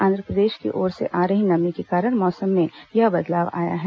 आंधप्रदेश की ओर से आ रही नमी के कारण मौसम में यह बदलाव आया है